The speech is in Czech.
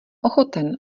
ochoten